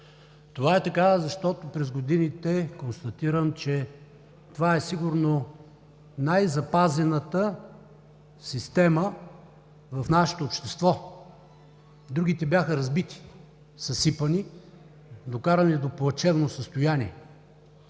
Така е, защото през годините констатирам, че това е сигурно най-запазената система в нашето общество. Другите бяха разбити, съсипани, докарани до плачевно състояние,